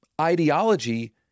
ideology